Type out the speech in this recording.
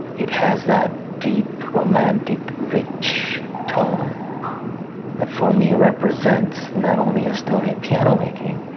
it has that deep, romantic, rich tone that for me represents not only estonia piano making,